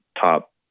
top